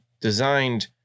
designed